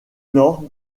nord